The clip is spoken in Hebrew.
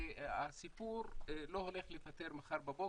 שהסיפור לא הולך להיפתר מחר בבוקר.